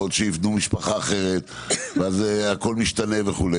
יכול להיות שיבנו משפחה אחרת ואז הכול משתנה וכו'.